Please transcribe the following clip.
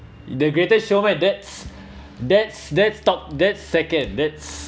the greatest showman that's that's that top that second that's